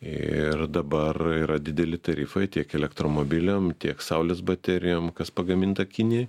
ir dabar yra dideli tarifai tiek elektromobiliam tiek saulės baterijom kas pagaminta kinijoj